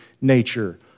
nature